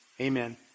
Amen